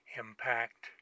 impact